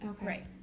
right